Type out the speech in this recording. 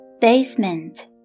Basement